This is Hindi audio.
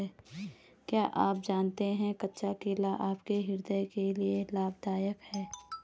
क्या आप जानते है कच्चा केला आपके हृदय के लिए लाभदायक है?